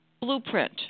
blueprint